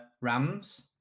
Rams